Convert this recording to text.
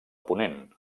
ponent